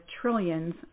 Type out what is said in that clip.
trillions